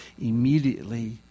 immediately